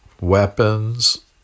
weapons